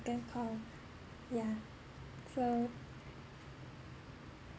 call yeah so